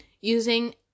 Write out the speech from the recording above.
Using